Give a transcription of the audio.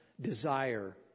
desire